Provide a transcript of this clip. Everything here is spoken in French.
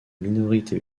minorité